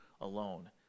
alone